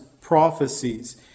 prophecies